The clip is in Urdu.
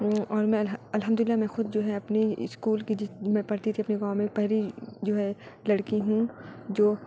اور میں الحمد للہ میں خود جو ہے اپنی اسکول کی جس میں پڑھتی تھی اپنے گاؤں میں پہلی جو ہے لڑکی ہوں جو